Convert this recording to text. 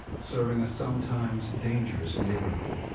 serving a sometimes dangerous neighborhood.